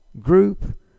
group